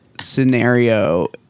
scenario